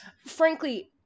frankly-